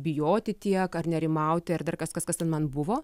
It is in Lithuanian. bijoti tiek ar nerimauti ar dar kažkas kas ten man buvo